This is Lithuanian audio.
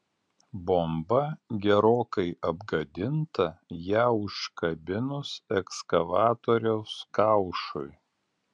bomba gerokai apgadinta ją užkabinus ekskavatoriaus kaušui